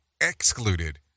excluded